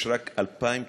יש רק 2,940,